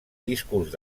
discos